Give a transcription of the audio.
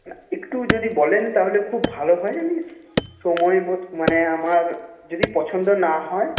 না একটু যদি বলেন তাহলে খুব ভালো হয় সময় বোধ মানে আমার যদি পছন্দ না হয়